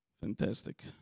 Fantastic